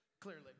Clearly